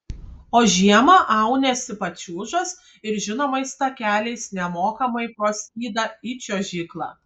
o žiemą auniesi pačiūžas ir žinomais takeliais nemokamai pro skydą į čiuožyklą